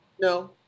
No